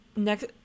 Next